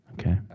Okay